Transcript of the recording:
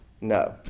No